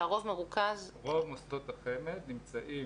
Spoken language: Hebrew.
רוב מוסדות החמ"ד נמצאים